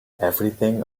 everything